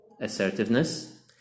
Assertiveness –